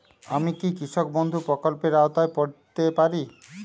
আমি কি কৃষক বন্ধু প্রকল্পের আওতায় পড়তে পারি?